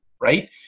right